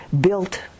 built